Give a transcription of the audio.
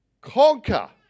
conquer